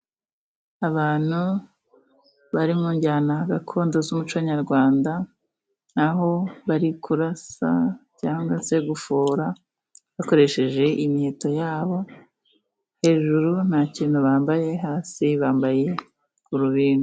Abantu bari mu njyana gakondo z'umuco nyarwanda, aho bari kurasa cyangwa se gufora bakoresheje imiheto yabo. Hejuru nta kintu bambaye, hasi bambaye urubindo.